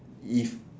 is